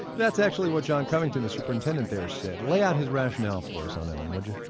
that's actually what john covington, the superintendent there said. lay out his rationale for us on that one would you?